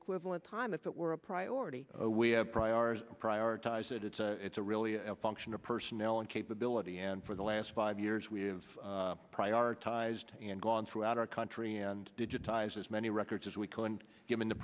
equivalent time if it were a priority we have priority prioritize it it's a it's a really a function of personnel and capability and for the last five years we have prioritized and gone throughout our country and digitize as many records as we call and given the